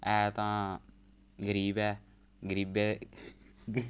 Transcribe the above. ऐ तां गरीब ऐ गरीबै गरीब